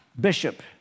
bishop